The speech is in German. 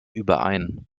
überein